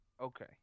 Okay